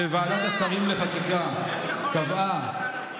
ועדת השרים לחקיקה קבעה,